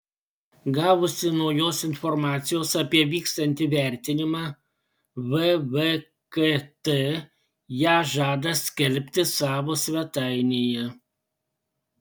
gavusi naujos informacijos apie vykstantį vertinimą vvkt ją žada skelbti savo svetainėje